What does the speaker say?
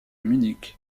munich